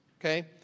Okay